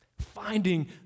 Finding